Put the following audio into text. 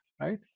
right